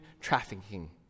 trafficking